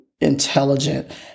intelligent